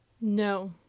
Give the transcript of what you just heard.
No